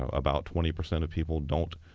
ah about twenty percent of people don't